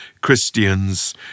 Christians